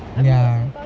ya